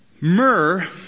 Myrrh